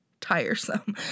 tiresome